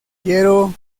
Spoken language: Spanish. quiero